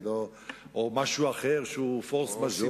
או משהו אחר שהוא פורס מז'ור,